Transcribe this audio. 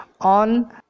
on